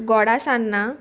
गोडा सान्नां